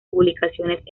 publicaciones